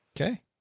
Okay